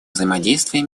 взаимодействия